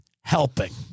helping